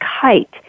kite